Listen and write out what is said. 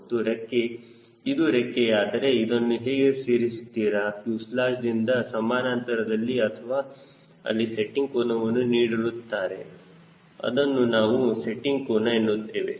ಇದು ರೆಕ್ಕೆ ಇದು ರೆಕ್ಕೆ ಯಾದರೆ ಅದನ್ನು ಹೇಗೆ ಸೇರಿಸಿರುತ್ತಾರೆ ಫ್ಯೂಸೆಲಾಜ್ ದಿಂದ ಸಮಾನಾಂತರದಲ್ಲಿ ಅಥವಾ ಅಲ್ಲಿ ಸೆಟ್ಟಿಂಗ್ ಕೋನವನ್ನು ನೀಡಿರುತ್ತಾರೆ ಅದನ್ನು ನಾವು ಸೆಟ್ಟಿಂಗ್ ಕೋನ ಎನ್ನುತ್ತೇವೆ